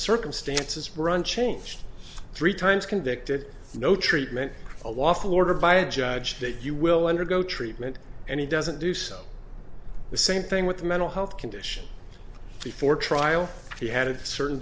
circumstances run changed three times convicted no treatment a lawful order by a judge that you will undergo treatment and he doesn't do so the same thing with the mental health condition before trial he had a certain